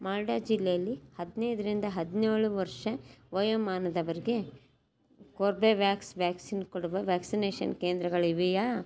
ಮಾಲ್ಡಾ ಜಿಲ್ಲೆಯಲ್ಲಿ ಹದಿನೈದರಿಂದ ಹದಿನೇಳು ವರ್ಷ ವಯೋಮಾನದವರಿಗೆ ಕೋರ್ಬೆ ವ್ಯಾಕ್ಸ್ ವ್ಯಾಕ್ಸಿನ್ ಕೊಡುವ ವ್ಯಾಕ್ಸಿನೇಷನ್ ಕೇಂದ್ರಗಳಿವೆಯೇ